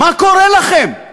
מה קורה לכם?